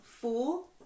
Fool